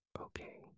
Okay